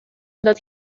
داد